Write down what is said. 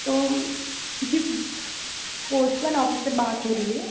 तो जी postman office से बात हो रही है